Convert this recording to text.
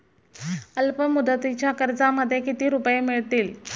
अल्पमुदतीच्या कर्जामध्ये किती रुपये मिळतील?